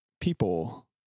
people